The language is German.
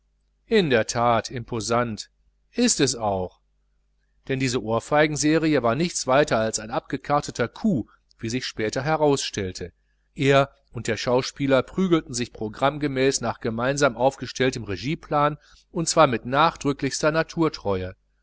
in der that imposant ist es auch denn diese ohrfeigenserie war nichts weiter als ein abgekarteter coup wie sich später herausstellte er und der schauspieler prügelten sich programmmäßig nach gemeinsam aufgestelltem regieplan und zwar mit nachdrücklichster naturtreue